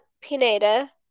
Pineda